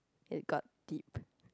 it got deep